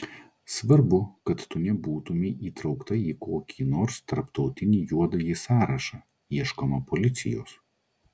svarbu kad tu nebūtumei įtraukta į kokį nors tarptautinį juodąjį sąrašą ieškoma policijos